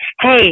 hey